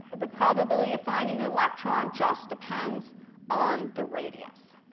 the probability of finding the electron just depends on the radius.